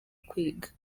kwiga